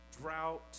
drought